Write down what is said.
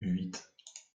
huit